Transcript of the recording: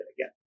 again